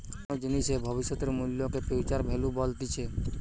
কোনো জিনিসের ভবিষ্যতের মূল্যকে ফিউচার ভ্যালু বলতিছে